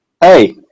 Hey